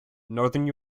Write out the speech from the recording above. northern